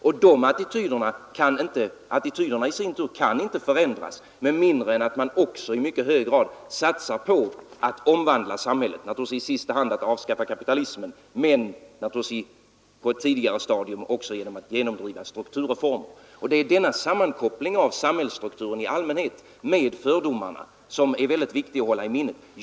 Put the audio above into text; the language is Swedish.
Och attityderna i sin tur kan inte förändras med mindre än att man också i mycket hög grad satsar på att omvandla samhället, naturligtvis i sista hand genom att avskaffa kapitalismen men på ett tidigare stadium också genom att genomdriva strukturreformer. Den är denna sammankoppling av samhällsstrukturen i allmänhet med fördomarna som är väldigt viktig att hålla i minnet.